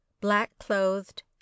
black-clothed